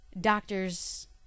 doctors